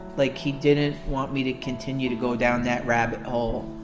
like, he didn't want me to continue to go down that rabbit hole.